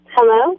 Hello